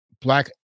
Black